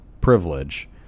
privilege